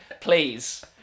Please